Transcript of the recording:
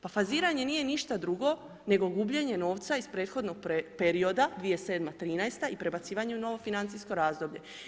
Pa faziranje nije ništa drugo nego gubljenje novca iz prethodnog perioda 2007.-2013. i prebacivanje u novo financijsko razdoblje.